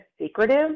secretive